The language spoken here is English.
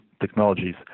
technologies